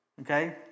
Okay